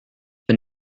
bin